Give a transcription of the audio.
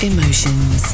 Emotions